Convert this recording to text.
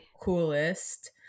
coolest